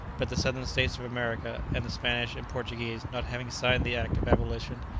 but the southern states of america, and the spanish and portuguese, not having signed the act of abolition,